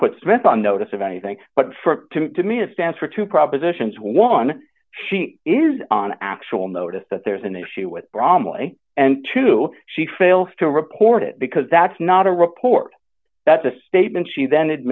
put smith on notice of anything but for me to stand for two propositions one she is on actual notice that there's an issue with bromley and two she fails to report it because that's not a report that's a statement she then